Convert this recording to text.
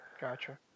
Gotcha